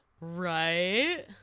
Right